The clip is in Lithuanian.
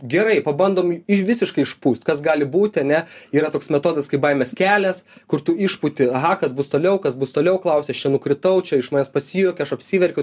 gerai pabandom visiškai išpūst kas gali būt ane yra toks metodas kai baimės kelias kur tu išputi aha kas bus toliau kas bus toliau klausia aš čia nukritaučia iš manęs pasijuokė aš apsiverkiu